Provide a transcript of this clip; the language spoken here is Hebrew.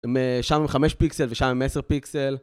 שם עם 5 פיקסל ושם עם 10 פיקסל